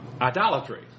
idolatry